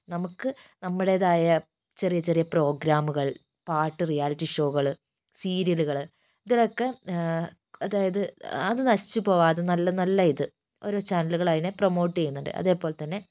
നമുക്ക് നമ്മുടേതായ ചെറിയ ചെറിയ പ്രോഗ്രാമുകൾ പാട്ട് റിയാലിറ്റി ഷോകള് സീരിയലുകള് ഇതിലൊക്കെ അതായത് അത് നശിച്ചു പോകാതെ നല്ല നല്ല ഇത് ഓരോ ചാനലുകൾ അതിനെ പ്രമോട്ട് ചെയ്യുന്നുണ്ട് അതുപോലെത്തന്നെ